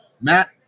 Matt